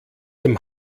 dem